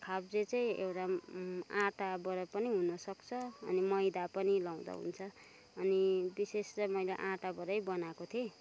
खाप्जे चाहिँ एउटा आँटाबाट पनि हुनसक्छ अनि मैदा पनि लाउँदा हुन्छ अनि विशेष चाहिँ मैले आँटाबाटै बनाएको थिएँ